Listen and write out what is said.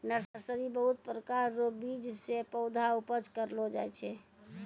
nursery बहुत प्रकार रो बीज से पौधा उपज करलो जाय छै